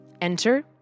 Enter